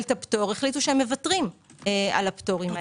את הפטור החליטו שהם מוותרים על הפטורים הללו.